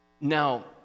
Now